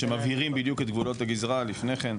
מפגשים שמבהירים בדיוק את גבולות הגזרה לפני כן?